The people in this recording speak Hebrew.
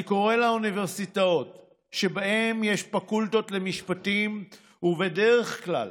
אני קורא לאוניברסיטאות שבהן יש פקולטות למשפטים ובדרך כלל